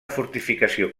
fortificació